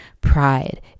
Pride